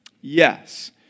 Yes